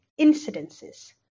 incidences